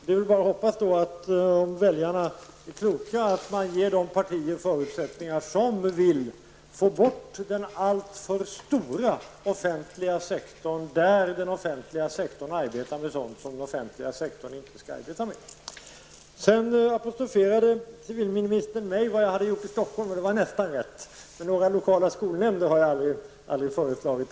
Det är bara att hoppas att väljarna är kloka och ger de partier förutsättningar som vill få bort den alltför stora offentliga sektorn när det gäller sådant som den offentliga sektorn inte skall arbeta med. Sedan apostroferade civilministern mig när det gäller det jag hade gjort i Stockholm, och det var nästan rätt. Men jag har aldrig föreslagit några lokala skolnämnder.